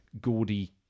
gaudy